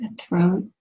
throat